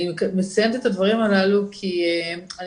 אני מציינת את הדברים הללו כי אני